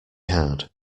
hard